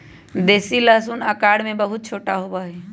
देसी लहसुन आकार में बहुत छोटा होबा हई